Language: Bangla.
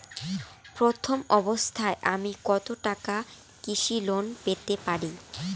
প্রথম অবস্থায় আমি কত টাকা কৃষি লোন পেতে পারি?